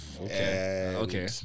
Okay